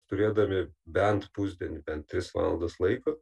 turėdami bent pusdienį bent tris valandas laiko